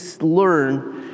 learn